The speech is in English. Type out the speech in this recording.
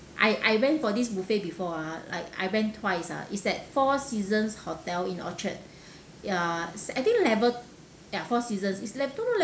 I I went for this buffet before ah like I went twice ah is at four seasons hotel in orchard ya is I think level ya four seasons is